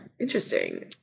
interesting